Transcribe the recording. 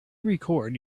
record